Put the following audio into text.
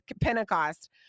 pentecost